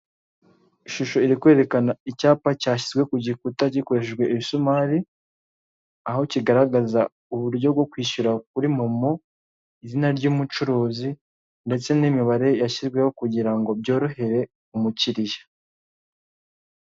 Ishusho iri kwerekana icyapa cyashyizwe ku gikuta, gikoresheje imisumari, aho kigaragaza uburyo bwo kwishyura kuri momo, izina ry'ubucuruzi, ndetse n'imibare yashyizweho kugira ngo byorohere umukiriya.